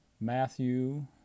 Matthew